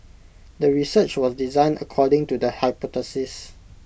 the research was designed according to the hypothesis